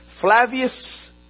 Flavius